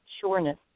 sureness